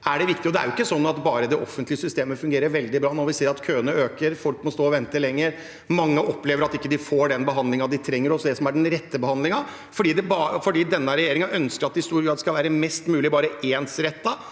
Det er ikke sånn at det offentlige systemet bare fungerer veldig bra når vi ser at køene øker og folk må stå og vente lenger. Mange opplever at de ikke får den behandlingen de trenger, eller det som er den rette behandlingen, fordi denne regjeringen ønsker at det i stor grad skal være mest mulig ensrettet